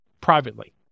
privately